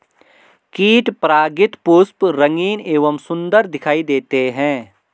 कीट परागित पुष्प रंगीन एवं सुन्दर दिखाई देते हैं